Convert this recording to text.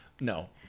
no